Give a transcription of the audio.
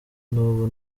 n’ubu